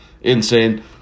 Insane